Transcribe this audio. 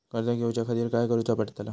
कर्ज घेऊच्या खातीर काय करुचा पडतला?